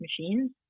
machines